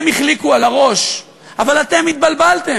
הם החליקו על הראש, אבל אתם התבלבלתם.